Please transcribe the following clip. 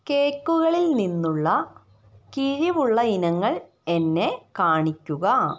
കേക്കുകളിൽ നിന്നുള്ള കിഴിവുള്ള ഇനങ്ങൾ എന്നെ കാണിക്കുക